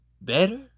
better